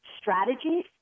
strategies